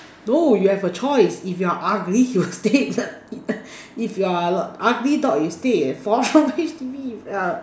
no you have a choice if you're ugly you stay if you're ugly dog you stay at four room H_D_B you uh